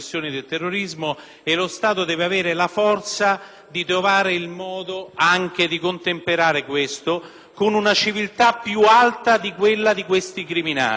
Grazie,